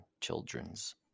children's